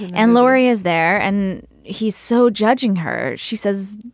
and laurie is there and he's so judging her, she says,